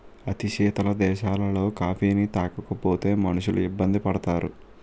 అతి శీతల దేశాలలో కాఫీని తాగకపోతే మనుషులు ఇబ్బంది పడతారు